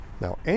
Now